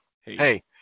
hey